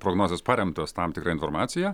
prognozės paremtos tam tikra informacija